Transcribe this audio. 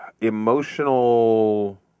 emotional